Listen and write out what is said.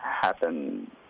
happen